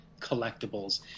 Collectibles